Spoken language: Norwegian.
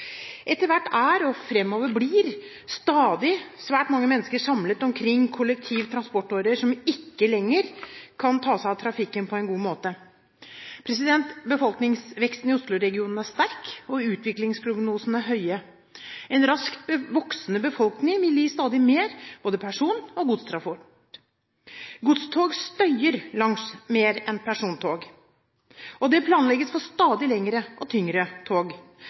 etter hvert blitt – og det vil framover bli – svært mange mennesker samlet rundt kollektive transportårer, som ikke lenger kan ta seg av trafikken på en god måte. Befolkningsveksten i Oslo-regionen er sterk, og utviklingsprognosene er høye. En raskt voksende befolkning vil gi stadig mer både persontransport og godstransport. Godstog støyer langt mer enn persontog, og det planlegges for stadig lengre og tyngre tog.